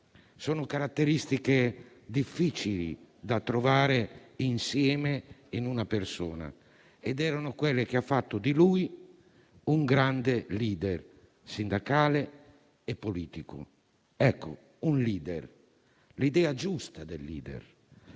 Sono caratteristiche difficili da trovare insieme in una persona ed erano quelle che hanno fatto di lui un grande *leader* sindacale e politico. Ecco, un *leader*, l'idea giusta del *leader*.